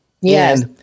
Yes